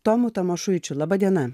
tomu tamošuičiu laba diena